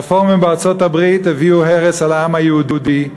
הרפורמים בארצות-הברית הביאו הרס על העם היהודי,